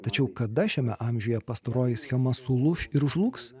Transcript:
tačiau kada šiame amžiuje pastaroji schema sulūš ir žlugs